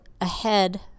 ahead